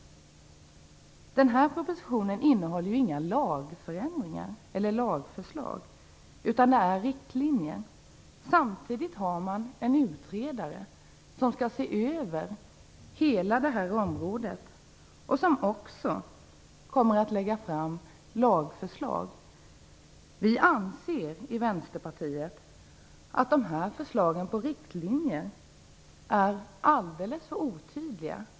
Den här propositionen innehåller ju inga lagförändringar eller lagförslag utan det handlar om riktlinjer. Samtidigt finns det en utredare som skall se över hela det här området och som också kommer att lägga fram lagförslag. Vi i Vänsterpartiet anser att dessa förslag till riktlinjer är alldeles för otydliga.